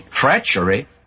treachery